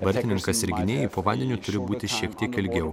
vartininkas ir gynėjai po vandeniu turi būti šiek tiek ilgiau